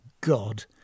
God